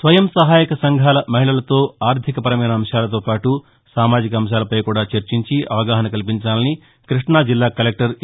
స్వయం సహాయక సంఘాల మహిళలతో ఆర్లికపరమైన అంశాలతో పాటు సామాజిక అంశాలపై కూడా చర్చించి అవగాహన కల్పించాలని కృష్ణం జిల్లా కలెక్టర్ ఏ